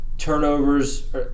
Turnovers